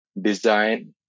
design